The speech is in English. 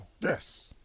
Yes